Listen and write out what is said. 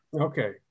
Okay